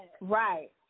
Right